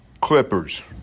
Clippers